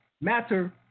matter